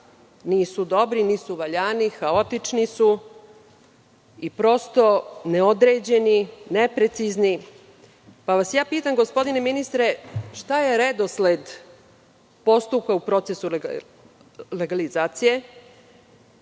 nisu dobri, nisu valjani. Haotični su, neodređeni su i neprecizni su, pa vas pitam gospodine ministre, šta je redosled postupka u procesu legalizacije?